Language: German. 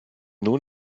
nun